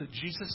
Jesus